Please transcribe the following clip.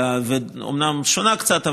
אומנם שונה קצת,